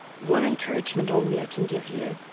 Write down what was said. one encouragement only i can give you.